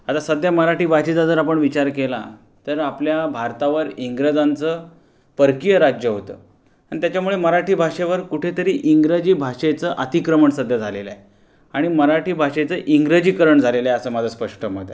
आता सध्या मराठी भाषेचा जर आपण विचार केला तर आपल्या भारतावर इंग्रजांचं परकीय राज्य होतं आणि त्याच्यामुळे मराठी भाषेवर कुठेतरी इंग्रजी भाषेचं अतिक्रमण सध्या झालेलं आहे आणि मराठी भाषेचं इंग्रजीकरण झालेलं आहे असं माझं स्पष्ट मत आहे